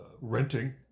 renting